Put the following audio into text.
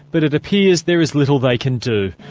but it appears there is little they can do.